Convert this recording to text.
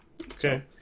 Okay